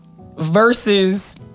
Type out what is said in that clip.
Versus